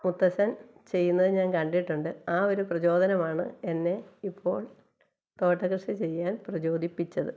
മുത്തശ്ശൻ ചെയ്യുന്നത് ഞാൻ കണ്ടിട്ടുണ്ട് ആ ഒരു പ്രചോദനമാണ് എന്നെ ഇപ്പോൾ തോട്ടകൃഷി ചെയ്യാൻ പ്രചോദിപ്പിച്ചത്